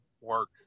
work